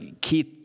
Keith